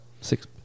six